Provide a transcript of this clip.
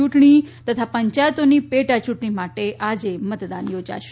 ચૂંટણી તથા પંચાયતોની પેટાચૂંટણી માટે આજે મતદાન યોજાશે